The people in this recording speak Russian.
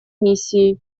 миссии